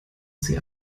sie